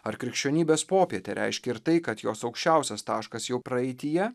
ar krikščionybės popietė reiškia ir tai kad jos aukščiausias taškas jau praeityje